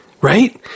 right